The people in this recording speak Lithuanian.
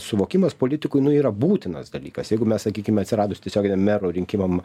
suvokimas politikui nu yra būtinas dalykas jeigu mes sakykime atsiradus tiesioginiam mero rinkimam